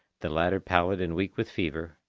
the latter pallid and weak with fever,